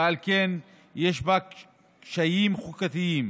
ועל כן יש בה קשיים חוקתיים